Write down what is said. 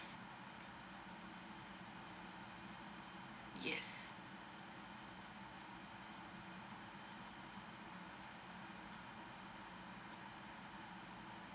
yes